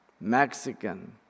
Mexican